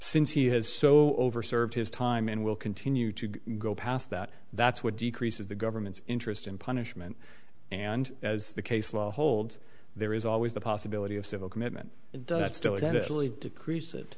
since he has so over served his time and will continue to go past that that's what decreases the government's interest in punishment and as the case law holds there is always the possibility of civil commitment d